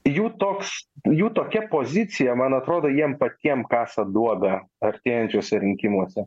jų toks jų tokia pozicija man atrodo jiem patiems kasa duobę artėjančiuose rinkimuose